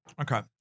Okay